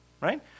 Right